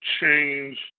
change